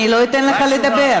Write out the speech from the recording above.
אני לא אתן לך לדבר.